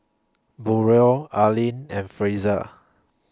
Braulio Arlyn and Frazier